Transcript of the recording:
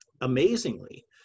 amazingly